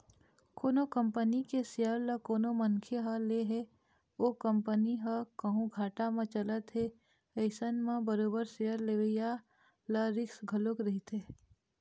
कोनो कंपनी के सेयर ल कोनो मनखे ह ले हे ओ कंपनी ह कहूँ घाटा म चलत हे अइसन म बरोबर सेयर लेवइया ल रिस्क घलोक रहिथे